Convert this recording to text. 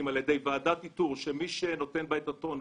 על ידי ועדת איתור שמי שנותן בה את הטון,